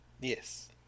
yes